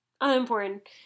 unimportant